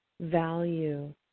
value